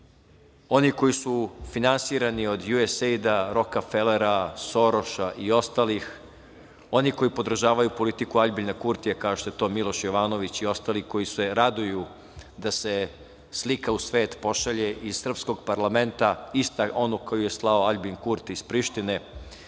onih koji su finansirani od USAID-a, Rokfelera, Soroša i ostalih, onih koji podržavaju politiku Aljbina Kurtija, kao što to Miloš Jovanović i ostali koji se raduju da se slika u svet pošalje iz srpskog parlamenta ista ona koju je slao Aljbin Kurti iz Prištine.